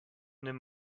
nimm